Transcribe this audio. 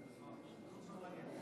קידום מעמד האישה,